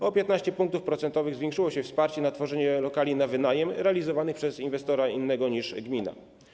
O 15 punktów procentowych zwiększyło się wsparcie na tworzenie lokali na wynajem realizowanych przez inwestora innego niż gmina.